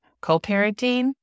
Co-parenting